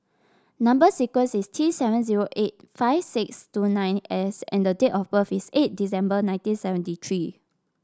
number sequence is T seven zero eight five six two nine S and date of birth is eight December nineteen seventy three